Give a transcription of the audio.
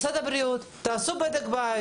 משרד הבריאות, תעשו בדק בית.